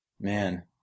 man